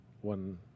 one